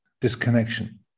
disconnection